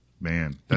man